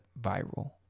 viral